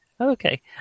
Okay